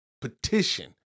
petition